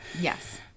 Yes